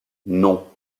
non